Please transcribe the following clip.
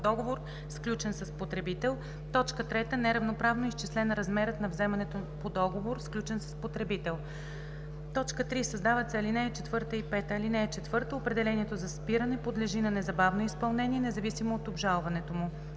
3. неправилно е изчислен размерът на вземането по договор, сключен с потребител.“ 3. Създават се ал. 4 и 5: „(4) Определението за спиране подлежи на незабавно изпълнение, независимо от обжалването му.